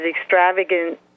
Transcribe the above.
extravagant